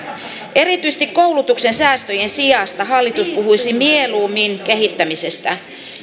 erityisesti koulutuksen säästöjen sijasta hallitus puhuisi mieluummin kehittämisestä